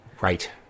Right